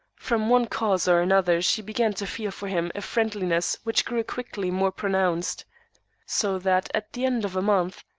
from one cause or another she began to feel for him a friendliness which grew quickly more pronounced so that at the end of a month,